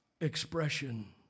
expression